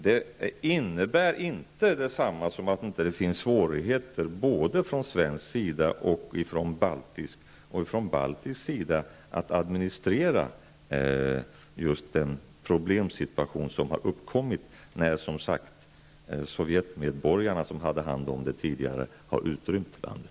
Det är dock inte detsamma som att det inte skulle finnas några svårigheter, och då från både svensk och baltisk sida -- från baltisk sida när det gäller att administrera just den problemsituation som har uppkommit med tanke på att de Sovjetmedborgare som tidigare hade hand om dessa saker nu, som sagt, har lämnat landet.